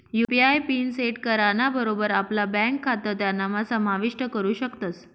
UPI PIN set कराना बरोबर आपला ब्यांक खातं त्यानाम्हा समाविष्ट करू शकतस